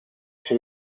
ese